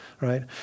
right